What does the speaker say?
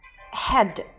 head